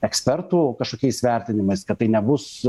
ekspertų kažkokiais vertinimais kad tai nebus